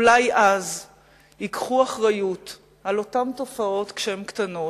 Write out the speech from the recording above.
אולי אז ייקחו אחריות על אותן תופעות כשהן קטנות,